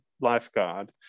lifeguard